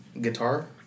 guitar